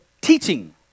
teaching